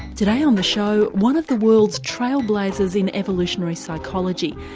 today on the show one of the world's trailblazers in evolutionary psychology,